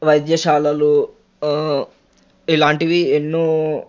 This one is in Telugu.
వైద్యశాలలు ఇలాంటివి ఎన్నో